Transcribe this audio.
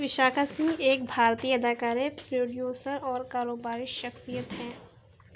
وشاکھا سنگھ ایک بھارتی اداکارہ پروڈیوسر اور کاروباری شخصیت ہیں